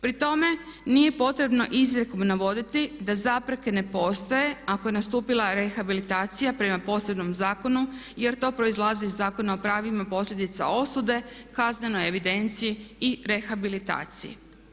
Pri tome nije potrebno izrijekom navoditi da zapreke ne postoje ako je nastupila rehabilitacija prema posebnom zakonu jer to proizlazi iz Zakona o pravima posljedica osude, kaznenoj evidenciji i rehabilitaciji.